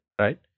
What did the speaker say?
right